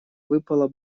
выпала